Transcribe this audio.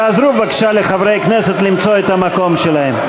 תעזרו בבקשה לחברי הכנסת למצוא את המקום שלהם.